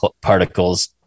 particles